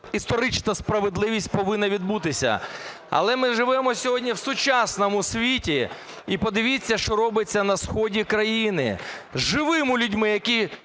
історична справедливість повинна відбутися. Але ми живемо сьогодні в сучасному світі і подивіться, що робиться на сході країни. З живими людьми, які